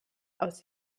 aus